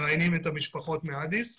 המשפחות מאדיס.